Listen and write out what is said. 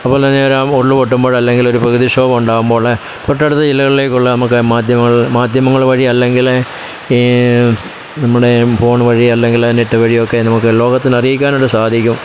അതുപോലെത്തന്നെ ആ ഒരു ഉരുൾ പൊട്ടുമ്പോഴല്ലെങ്കിൽ ഒരു പ്രകൃതിക്ഷോഭമുണ്ടാകുമ്പോൾ തൊട്ടടുത്ത ജില്ലകളിലേക്കുള്ള നമ്മൾക്ക് മാധ്യമങ്ങൾ മാധ്യമങ്ങൾ വഴി അല്ലെങ്കിൽ ഈ നമ്മുടെ ഫോണു വഴി അല്ലെങ്കിൽ നെറ്റ് വഴിയൊക്കെ നമുക്ക് ലോകത്തിൽ അറിയിക്കാനായിട്ട് സാധിക്കും